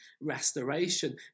restoration